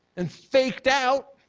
and faked out.